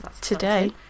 today